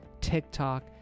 TikTok